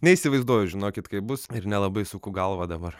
neįsivaizduoju žinokit kaip bus ir nelabai suku galvą dabar